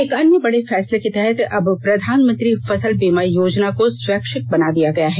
एक अन्य बड़े फैसले के तहत अब प्रधानमंत्री फसल बीमा योजना को स्वैच्छिक बना दिया गया है